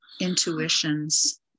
intuitions